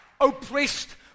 oppressed